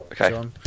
Okay